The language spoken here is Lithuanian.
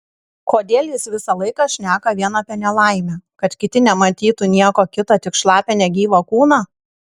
kodėl jis visą laiką šneka vien apie nelaimę kad kiti nematytų nieko kita tik šlapią negyvą kūną